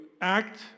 act